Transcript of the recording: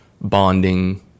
bonding